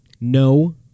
no